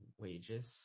wages